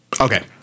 Okay